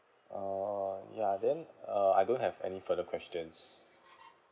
uh ya then uh I don't have any further questions